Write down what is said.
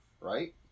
right